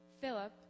Philip